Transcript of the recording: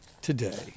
today